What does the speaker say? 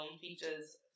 features